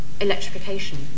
electrification